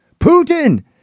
Putin